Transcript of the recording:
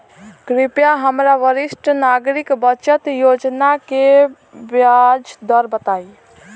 कृपया हमरा वरिष्ठ नागरिक बचत योजना के ब्याज दर बताई